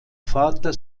vater